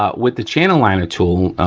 ah with the channel liner tool,